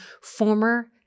former